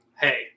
hey